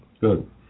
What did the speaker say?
Good